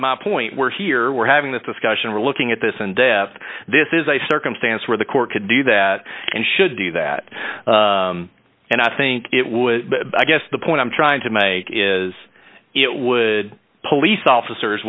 point we're here we're having this discussion we're looking at this and they have this is a circumstance where the court could do that and should do that and i think it would but i guess the point i'm trying to make is it would police officers